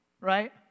right